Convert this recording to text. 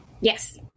Yes